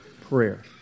prayer